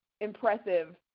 impressive